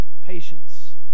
Patience